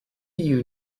you